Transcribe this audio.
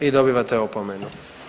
Vi dobivate opomenu.